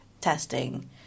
testing